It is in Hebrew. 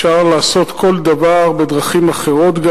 אפשר לעשות כל דבר גם בדרכים אחרות.